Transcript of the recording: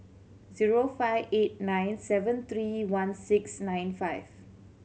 zero five eight nine seven three one six nine five